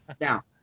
Now